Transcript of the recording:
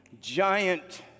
giant